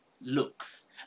looks